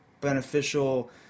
beneficial